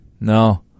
No